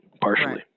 partially